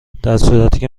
درصورتیکه